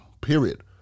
period